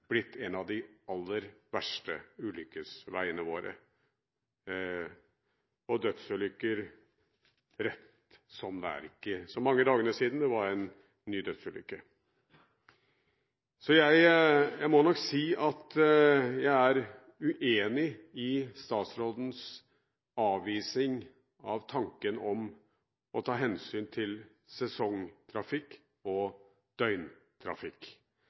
blitt en av de aller verste ulykkesveiene våre med dødsulykker rett som det er. For ikke mange dagene siden var det en ny dødsulykke. Jeg må nok si at jeg er uenig i statsrådens avvisning av tanken om å ta hensyn til sesongtrafikk og døgntrafikk.